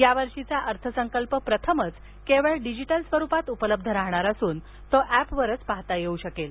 यावर्षीचा अर्थसंकल्प प्रथमच केवळ डिजिटल स्वरुपात उपलब्ध राहणार असून तो ऍपवरच पाहता येऊ शकेल